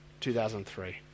2003